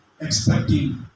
expecting